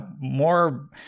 more